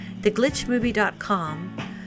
theglitchmovie.com